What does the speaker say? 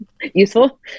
Useful